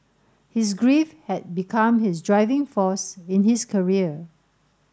his grief had become his driving force in his career